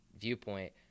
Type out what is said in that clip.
viewpoint